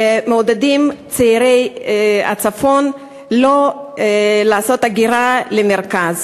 ומעודדים את צעירי הצפון לא להגר למרכז,